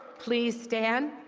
please stand.